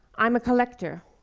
i'm a collector,